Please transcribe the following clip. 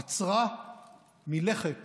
עצרה מלכת